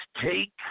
Take